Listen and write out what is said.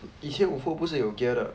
以前 O_F_O 不是有 gear 的